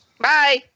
Bye